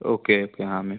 okay okay हाँ ma'am